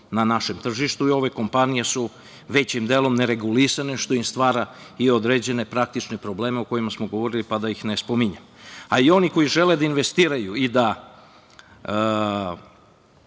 na našem tržištu i ove kompanije su većim delom neregulisane, što stvara i određene praktične probleme o kojima smo govorili, pa da ih ne spominjem. A, i oni koji žele da investiraju i da